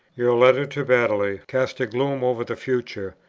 your letter to badeley casts a gloom over the future,